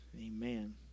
amen